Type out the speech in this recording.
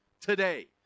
today